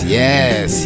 yes